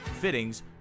fittings